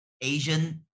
Asian